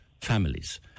families